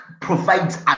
provides